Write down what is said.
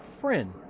friend